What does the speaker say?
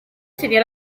sería